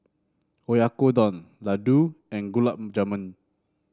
Oyakodon Ladoo and Gulab Jamun